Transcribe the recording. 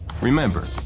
Remember